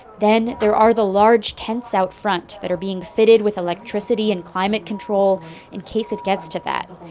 then there are the large tents out front that are being fitted with electricity and climate control in case it gets to that.